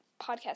podcast